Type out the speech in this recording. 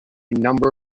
number